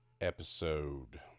episode